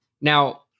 Now